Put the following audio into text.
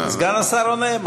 סגן השר עונה,